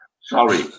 sorry